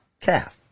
calf